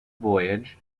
voyage